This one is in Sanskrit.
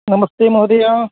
नमस्ते महोदय